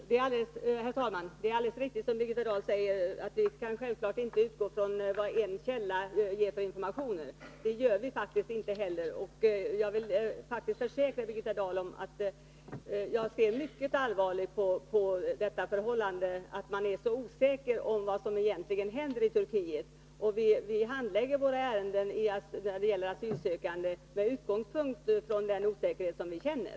Herr talman! Det är alldeles riktigt som Birgitta Dahl säger, att vi självfallet inte kan utgå ifrån vad en enda källa ger för informationer, och det gör vi faktiskt inte heller. Jag vill försäkra Birgitta Dahl att jag ser mycket allvarligt på detta förhållande att vi är så osäkra om vad som egentligen händer i Turkiet, och vi handlägger våra ärenden när det gäller asylsökande med utgångspunkt i den osäkerhet som vi känner.